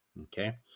Okay